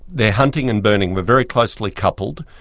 their hunting and burning were very closely coupled.